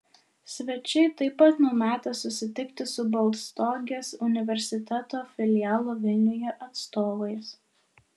svečiai taip pat numatę susitikti su baltstogės universiteto filialo vilniuje atstovais